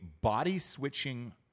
body-switching